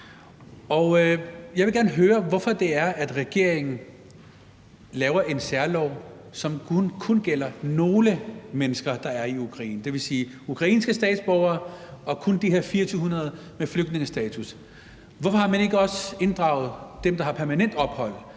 Jeg vil gerne høre, hvorfor regeringen laver en særlov, som kun gælder nogle af de mennesker, der er i Ukraine, dvs. ukrainske statsborgere og kun de her 2.400 med flygtningestatus. Hvorfor har man ikke også inkluderet dem, der har permanent ophold?